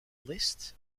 list